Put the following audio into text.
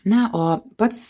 na o pats